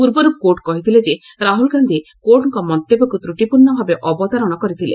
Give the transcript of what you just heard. ପୂର୍ବରୁ କୋର୍ଟ କହିଥିଲେ ଯେ ରାହୁଲ ଗାନ୍ଧୀ କୋର୍ଟଙ୍କ ମନ୍ତବ୍ୟକୁ ତ୍ରଟିପୂର୍ଣ୍ଣ ଭାବେ ଅବତାରଣ କରିଥିଲେ